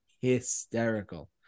hysterical